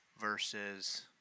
versus